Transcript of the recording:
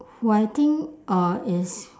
who I think uh is